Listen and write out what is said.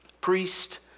priest